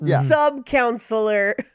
Sub-counselor